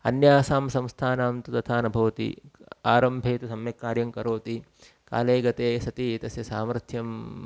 अन्यासां संस्थानां तु तथा न भवति आरम्भे तु सम्यक् कार्यं करोति काले गते सति तस्य सामर्थ्यं